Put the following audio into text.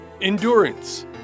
endurance